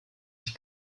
ich